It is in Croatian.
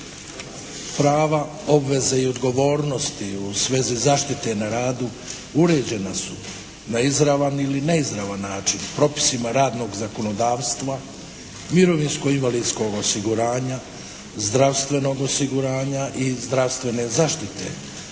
Prava, obveze i odgovornosti u svezi zaštite na radu uređena su na izravan ili neizravan način propisima radnog zakonodavstva, mirovinsko-invalidskog osiguranja, zdravstvenog osiguranja i zdravstvene zaštite,